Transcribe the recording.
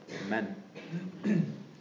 Amen